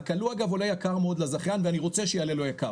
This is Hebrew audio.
הכלוא אגב עולה יקר מאוד לזכיין ואני רוצה שיעלה לו יקר,